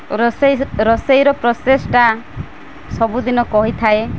ରୋଷେଇ ରୋଷେଇର ପ୍ରୋସେସ୍ଟା ସବୁଦିନ କହିଥାଏ